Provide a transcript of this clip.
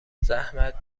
زحمت